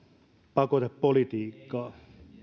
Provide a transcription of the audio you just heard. pakotepolitiikkaan